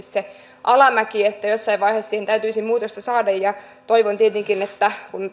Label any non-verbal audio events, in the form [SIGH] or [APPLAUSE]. [UNINTELLIGIBLE] se alamäki että jossain vaiheessa siihen täytyisi muutosta saada toivon tietenkin että kun